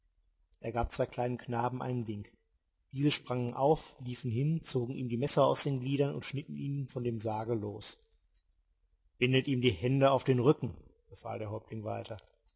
er gab zwei kleinen knaben einen wink diese sprangen auf liefen hin zogen ihm die messer aus den gliedern und schnitten ihn von dem sarge los bindet ihm die hände auf den rücken befahl der häuptling weiter